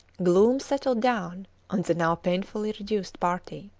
gloom settled down on the now painfully reduced party.